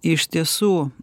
iš tiesų